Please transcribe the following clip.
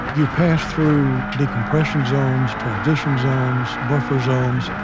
you pass through decompression zones, transition zones, buffer zones,